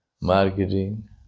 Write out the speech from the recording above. Marketing